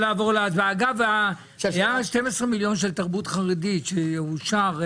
אגב, היה 12 מיליון של תרבות חרדית שאושר.